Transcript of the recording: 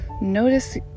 Notice